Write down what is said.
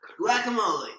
Guacamole